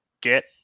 get